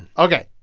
ok.